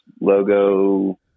logo